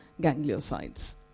gangliosides